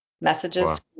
messages